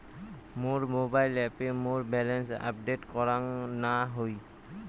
মোর mobile অ্যাপে মোর balance update করাং না হই